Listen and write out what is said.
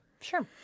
sure